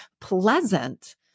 pleasant